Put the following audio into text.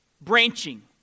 branching